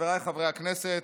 חבריי חברי הכנסת,